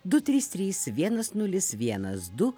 du trys trys vienas nulis vienas du